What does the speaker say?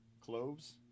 Cloves